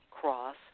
cross